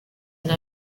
elle